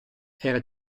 era